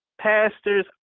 Pastors